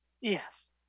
Yes